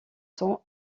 sont